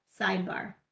sidebar